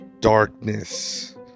darkness